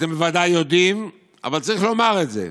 אתם בוודאי יודעים אבל צריך לומר את זה: